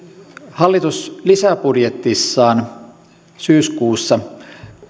hallitus lisäbudjetissaan syyskuussa